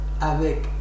avec